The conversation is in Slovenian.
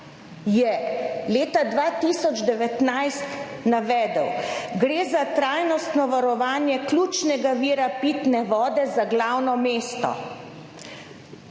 je leta 2019 navedel: »Gre za trajnostno varovanje ključnega vira pitne vode za glavno mesto.«,